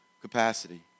capacity